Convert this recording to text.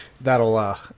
That'll